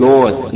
Lord